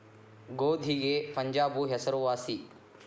ಗೋಧಿಗೆ ಪಂಜಾಬ್ ಹೆಸರು ವಾಸಿ